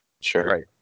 Sure